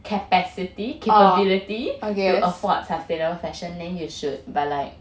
capacity capability to afford sustainable fashion then you should but like